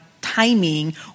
timing